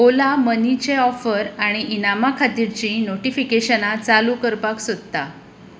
ओला मनीचें ऑफर आनी इनामां खातीरचीं नोटीफिकेशनां चालू करपाक सोदता